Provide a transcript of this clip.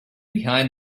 behind